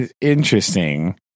interesting